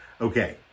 Okay